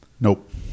Nope